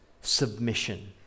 Submission